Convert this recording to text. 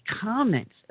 comments